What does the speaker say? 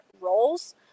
roles